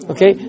Okay